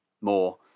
more